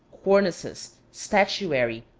cornices, statuary,